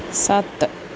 ਸੱਤ